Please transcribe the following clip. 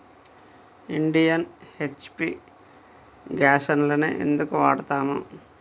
Indian, HP గ్యాస్లనే ఎందుకు వాడతాము?